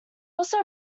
also